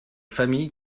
familles